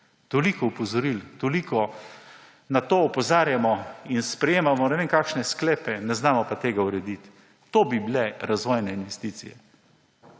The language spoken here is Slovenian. Toliko opozoril, toliko na to opozarjamo in sprejemamo ne vem kakšne sklepe, ne znamo pa tega urediti. To bi bile razvojne investicije.